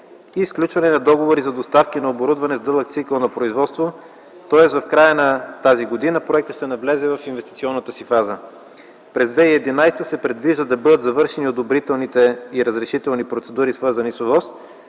и сключване на договори за доставка на оборудване с дълъг цикъл на производство, тоест в края на настоящата година проектът ще навлезе в инвестиционната си фаза. През 2011 г. се предвижда да бъдат завършени одобрителните и разрешителните процедури, свързани с